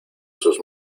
sus